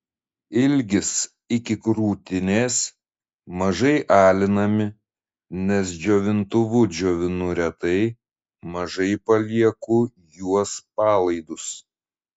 ilgis iki krūtinės mažai alinami nes džiovintuvu džiovinu retai mažai palieku juos palaidus